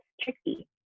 tricky